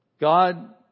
God